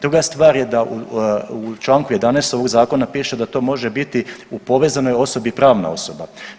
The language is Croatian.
Druga stvar je da u čl. 11. ovog zakona piše da to može biti u povezanoj osobi pravna osoba.